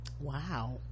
wow